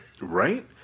Right